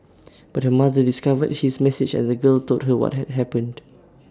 but her mother discovered his message and the girl told her what had had happened